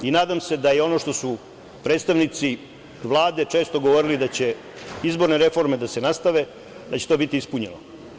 Nadam se da je ono što su predstavnici Vlade često govorili da će izborne reforme da se nastave, da će to biti ispunjeno.